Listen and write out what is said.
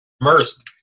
immersed